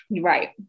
Right